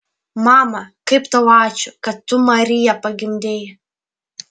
mama kaip tau ačiū kad tu mariją pagimdei